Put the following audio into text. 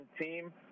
team